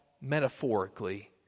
metaphorically